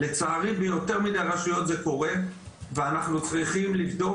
לצערי ביותר מידי רשויות זה קורה ואנחנו צריכים לבדוק